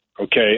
okay